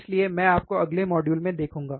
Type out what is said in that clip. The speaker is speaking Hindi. इसलिए मैं आपको अगले मॉड्यूल में देखूँगा